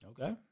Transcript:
Okay